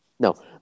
No